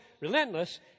relentless